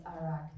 Iraq